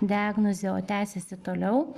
diagnozę o tęsiasi toliau